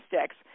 Sticks